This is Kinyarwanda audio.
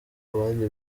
abandi